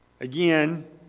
Again